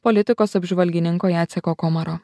politikos apžvalgininko jaceko komaro